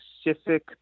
specific